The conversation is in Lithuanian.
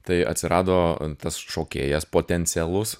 tai atsirado tas šokėjas potencialus